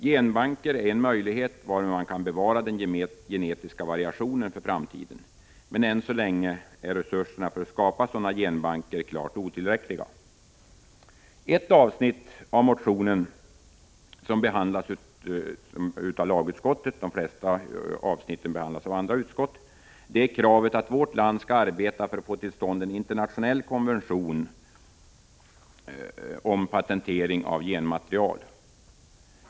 Genbanker är en möjlighet varmed man kan bevara den genetiska variationen för framtiden, men än så länge är resurserna för att skapa sådana banker klart otillräckliga. Ett avsnitt av motionen som behandlas av lagutskottet — de flesta avsnitten behandlas av andra utskott — är kravet att vårt land skall arbeta för att få till stånd en internationell konvention om patentering av genmaterial.